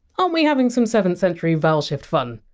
um we having some seventh century vowel shift fun?